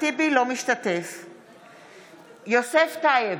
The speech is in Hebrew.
משתתף בהצבעה יוסף טייב,